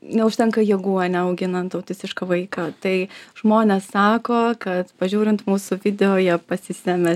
neužtenka jėgų ane auginant autistišką vaiką tai žmonės sako kad pažiūrint mūsų video jie pasisemia